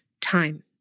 time